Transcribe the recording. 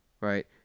right